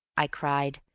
i cried.